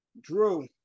Drew